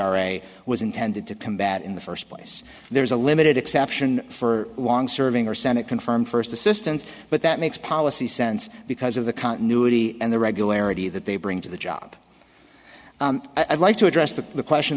are a was intended to combat in the first place there's a limited exception for a long serving or senate confirmed first assistance but that makes policy sense because of the continuity and the regularity that they bring to the job i'd like to address the question